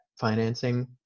financing